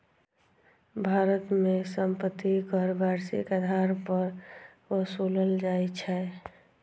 भारत मे संपत्ति कर वार्षिक आधार पर ओसूलल जाइ छै